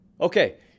Okay